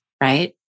right